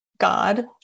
God